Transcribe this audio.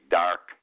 dark